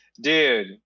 dude